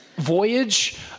Voyage